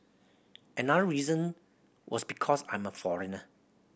another reason was because I'm a foreigner